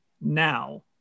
now